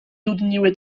dudniły